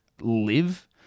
live